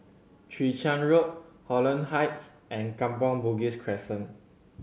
Chwee Chian Road Holland Heights and Kampong Bugis Crescent